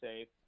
safe